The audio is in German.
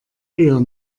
eher